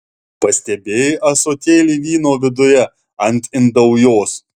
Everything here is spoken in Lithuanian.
pastebėjai ąsotėlį vyno viduje ant indaujos